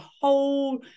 whole